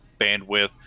bandwidth